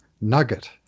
Nugget